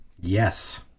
Yes